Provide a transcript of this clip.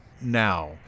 now